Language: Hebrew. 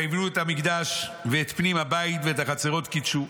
ויבנו את המקדש ואת פנים הבית ואת החצרות קידשו,